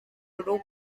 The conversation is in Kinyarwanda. urugo